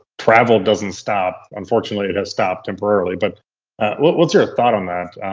travel doesn't stop. unfortunately, it has stopped temporarily, but what's your thought on that?